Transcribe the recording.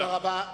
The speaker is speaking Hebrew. תודה רבה.